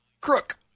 Crook